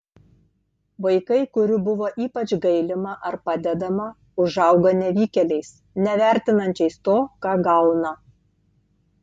vaikai kurių buvo ypač gailima ar padedama užauga nevykėliais nevertinančiais to ką gauna